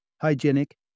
hygienic